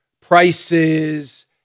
prices